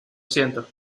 siento